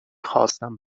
خواستم